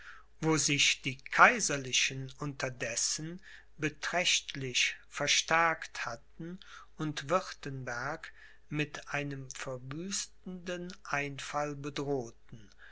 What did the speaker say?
wo sich die kaiserlichen unterdessen beträchtlich verstärkt hatten und wirtenberg mit einem verwüstenden einfall bedrohten